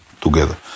together